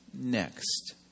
next